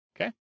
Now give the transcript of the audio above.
Okay